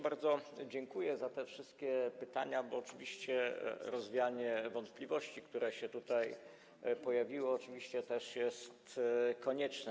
Bardzo dziękuję za te wszystkie pytania, bo rozwianie wątpliwości, które się tutaj pojawiły, oczywiście też jest konieczne.